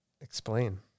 Explain